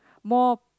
more